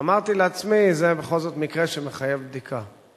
אמרתי לעצמי: זה בכל זאת מקרה שמחייב בדיקה.